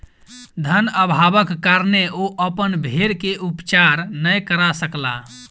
धन अभावक कारणेँ ओ अपन भेड़ के उपचार नै करा सकला